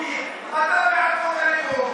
אתה גם בעד עליונות יהודית,